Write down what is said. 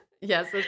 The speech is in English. Yes